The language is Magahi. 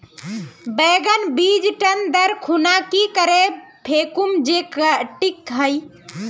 बैगन बीज टन दर खुना की करे फेकुम जे टिक हाई?